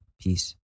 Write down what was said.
Peace